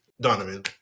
Donovan